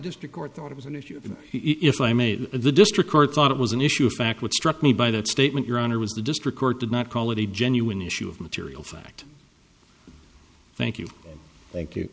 district court thought it was an issue if i made the district court thought it was an issue of fact what struck me by that statement your honor was the district court did not call it a genuine issue of material fact thank you thank you